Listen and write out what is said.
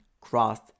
cross